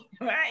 right